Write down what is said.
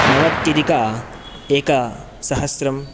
नवत्यधिक एकसहस्रं